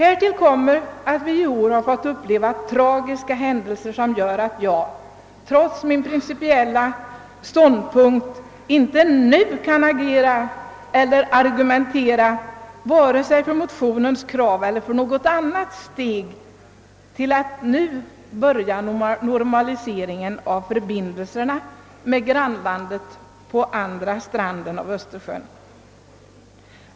Vi har i år fått uppleva tragiska händelser som gör att jag trots min principiella ståndpunkt nu inte kan agera för motionen eller argumentera för dess krav eller ta något annat steg för att börja normalisera förbindelserna med grannlandet på Östersjöns andra strand.